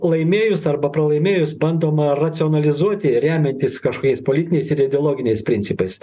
laimėjus arba pralaimėjus bandoma racionalizuoti remiantis kažkokiais politiniais ir ideologiniais principais